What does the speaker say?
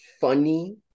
funny